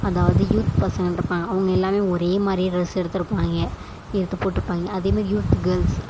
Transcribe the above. அதாவது யூத் பசங்கள்ன்ட்ருப்பாங்க அவங்க எல்லாமே ஒரே மாதிரியே ட்ரெஸ்ஸு எடுத்துருப்பாங்க எடுத்து போட்டுப்பாங்க அதே மாரி யூத்து கேர்ள்ஸ்